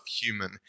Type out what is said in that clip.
human